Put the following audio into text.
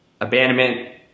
abandonment